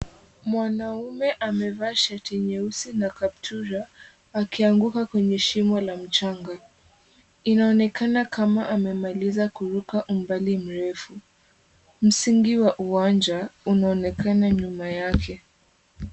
Mwanaume amevaa shati nyeusi na kaptula akianguka kwenye shimo la mchanga. Inaonekana kama amemaliza kuruka umbali mrefu. Msingi wa uwanja unaonekana nyuma yake.